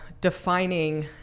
defining